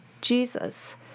Jesus